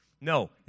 No